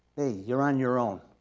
hey, you're on your own.